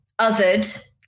othered